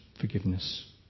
forgiveness